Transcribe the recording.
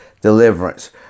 deliverance